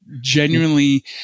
genuinely